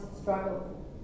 struggle